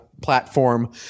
platform